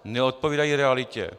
Neodpovídají realitě.